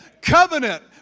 covenant